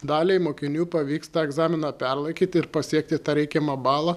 daliai mokinių pavyks tą egzaminą perlaikyti ir pasiekti tą reikiamą balą